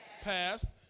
Passed